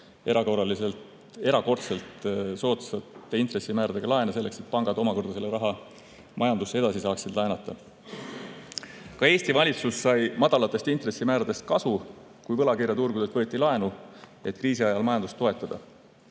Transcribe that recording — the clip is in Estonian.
erakordselt soodsate intressimääradega laenu, et pangad omakorda selle raha majandusse edasi saaksid laenata. Ka Eesti valitsus sai madalatest intressimääradest kasu, kui võlakirjaturgudelt võeti laenu, et kriisiajal majandust toetada.